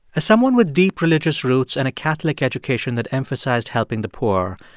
as someone with deep religious roots and a catholic education that emphasized helping the poor,